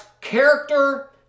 character